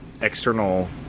external